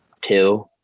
two